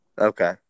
Okay